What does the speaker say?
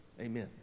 Amen